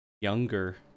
younger